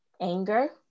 anger